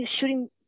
shooting